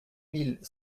mille